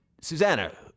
Susanna